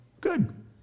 Good